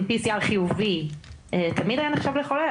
חיובי תמיד היה נחשב לחולה,